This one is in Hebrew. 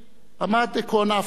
עמד עקרון ההפרדה,